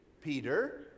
Peter